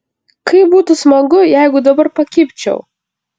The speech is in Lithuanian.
kaip būtų smagu jeigu dabar pakibčiau